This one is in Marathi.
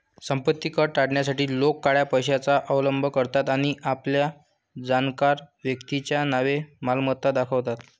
संपत्ती कर टाळण्यासाठी लोक काळ्या पैशाचा अवलंब करतात आणि आपल्या जाणकार व्यक्तीच्या नावे मालमत्ता दाखवतात